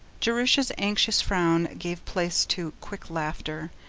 jerusha's anxious frown gave place to quick laughter.